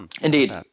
Indeed